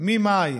שממאי